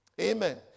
Amen